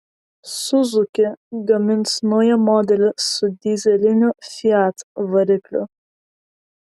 suzuki gamins naują modelį su dyzeliniu fiat varikliu